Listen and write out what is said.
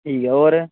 ठीक ऐ होर